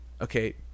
okay